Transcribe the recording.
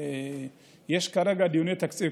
יש כרגע דיוני תקציב,